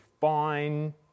fine